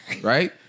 right